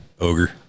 Ogre